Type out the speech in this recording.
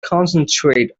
concentrate